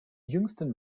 jüngsten